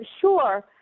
sure